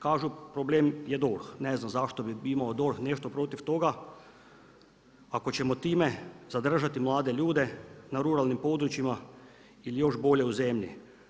Kažu problem je DORH, ne znam zašto bi imao DORH nešto protiv toga ako ćemo time zadržati mlade ljude na ruralnim područjima ili još bolje u zemlji?